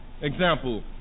Example